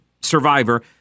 survivor